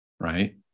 right